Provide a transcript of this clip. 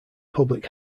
public